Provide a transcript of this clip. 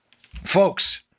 Folks